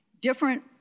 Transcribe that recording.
different